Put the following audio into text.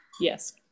Yes